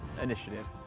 initiative